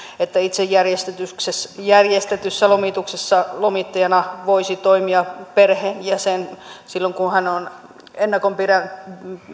itse järjestetyssä järjestetyssä lomituksessa lomittajana voisi toimia perheenjäsen silloin kun hän on